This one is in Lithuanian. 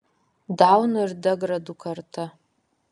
daunų ir degradų karta